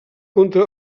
contra